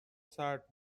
سرد